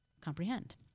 comprehend